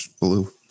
blue